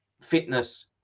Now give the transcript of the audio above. fitness